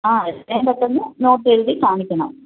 ആ എത്രയും പെട്ടെന്ന് നോട്ട് എഴുതി കാണിക്കണം